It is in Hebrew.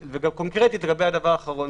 לגבי הדבר האחרון,